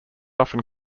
often